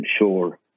ensure